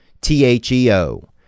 T-H-E-O